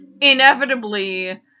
inevitably